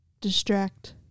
distract